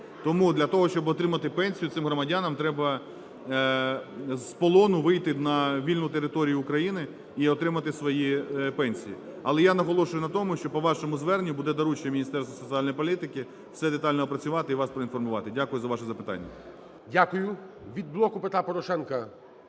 Тому для того, щоб отримати пенсії цим громадянам треба з полону вийти на вільну територію України і отримати свої пенсії. Але я наголошую на тому, що по вашому зверненню буде доручення Міністерству соціальної політики все детально опрацювати і вас проінформувати. Дякую за ваше запитання. ГОЛОВУЮЧИЙ. Дякую. Від "Блоку Петра Порошенка"